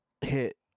hit